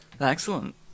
Excellent